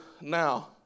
now